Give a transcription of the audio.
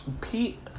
Pete